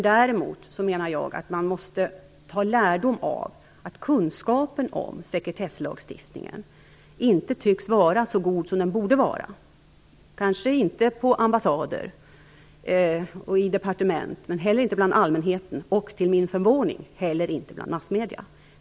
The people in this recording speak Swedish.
Däremot menar jag att man måste ta lärdom av att kunskapen om sekretesslagstiftningen inte tycks vara så god som den borde vara - kanske inte på ambassader och departement och heller inte bland allmänheten - och, till min förvåning inte heller bland massmedierna.